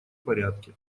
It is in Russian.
порядке